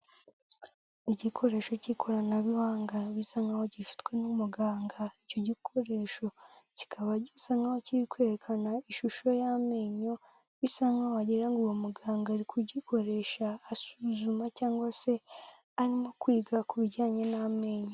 Igikoresho cy'ikoranabuhanga bisa nkaho gifitwe n'umuganga, icyo gikoresho kikaba gisa nkaho kiri kwerekana ishusho y'amenyo, bisa nkaho wagira ngo uwo muganga ari kugikoresha asuzuma cyangwa se arimo kwiga ku bijyanye n'amenyo.